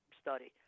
study